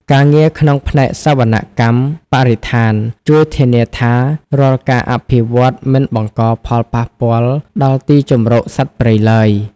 ការងារក្នុងផ្នែកសវនកម្មបរិស្ថាន ជួយធានាថារាល់ការអភិវឌ្ឍន៍មិនបង្កផលប៉ះពាល់ដល់ទីជម្រកសត្វព្រៃឡើយ។